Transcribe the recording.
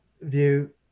view